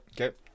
Okay